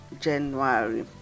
January